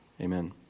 Amen